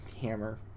hammer